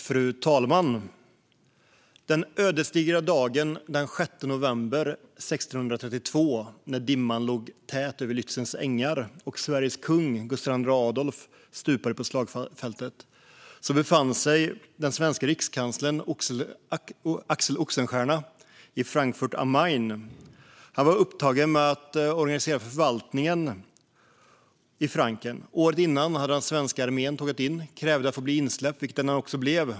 Fru talman! Den ödesdigra dagen den 6 november 1632, när dimman låg tät över Lützens ängar och Sveriges kung Gustav II Adolf stupade på slagfältet, befann sig den svenska rikskanslern Axel Oxenstierna i Frankfurt am Main. Han var upptagen med att organisera förvaltningen i Franken. Året innan hade den svenska armén tågat in och krävt att bli insläppt, vilket den blev.